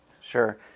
Sure